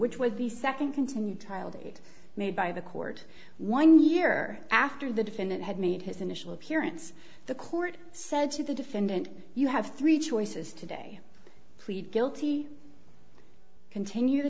which was the second continued trial date made by the court one year after the defendant had made his initial appearance the court said to the defendant you have three choices today plead guilty continue the